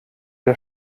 der